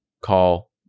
call